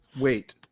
wait